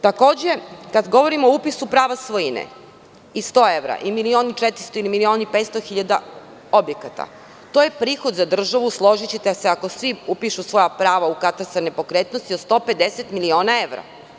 Takođe, kada govorimo o upisu prava svojine i 100 evra i milion 400 ili milion i 500 hiljada objekata, to je prihod za državu, složićete se, ako svi upišu svoja prava u katastar nepokretnosti od 150 miliona evra.